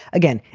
again,